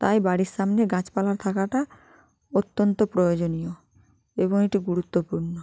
তাই বাড়ির সামনে গাছপালা থাকাটা অত্যন্ত প্রয়োজনীয় এবং এটি গুরুত্বপূর্ণ